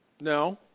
no